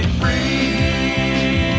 free